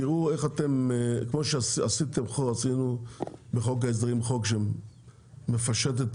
כמו שעשינו בחוק ההסדרים חוק שמפשט את